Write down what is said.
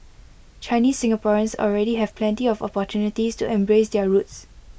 Chinese Singaporeans already have plenty of opportunities to embrace their roots